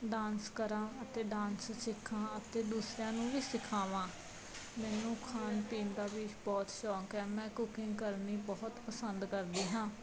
dance ਕਰਾਂ ਅਤੇ dance ਸਿੱਖਾਂ ਅਤੇ ਦੂਸਰਿਆਂ ਨੂੰ ਵੀ ਸਿੱਖਾਵਾਂ ਮੈਨੂੰ ਖਾਣ ਪੀਣ ਦਾ ਵੀ ਬਹੁਤ ਸ਼ੌਕ ਹੈ ਮੈਂ ਕੁਕਿੰਗ ਕਰਨੀ ਬਹੁਤ ਪਸੰਦ ਕਰਦੀ ਹਾਂ